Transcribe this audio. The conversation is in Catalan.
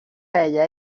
feia